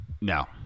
No